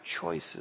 choices